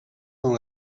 dans